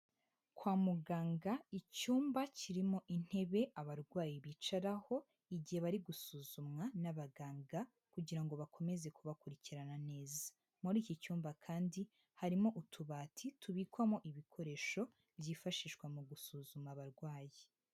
Kwa muganga icyumba kirimo intebe abarwayi bicaraho, igihe bari gusuzumwa n'abaganga, kugira ngo bakomeze kubakurikirana neza. Muri iki cyumba kandi harimo utubati tubikwamo ibikoresho byifashishwa mu gusuzuma abarwayi.